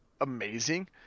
amazing